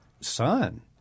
son